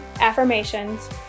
Affirmations